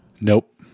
nope